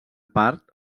part